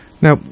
Now